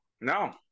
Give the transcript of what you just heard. No